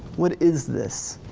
what is this?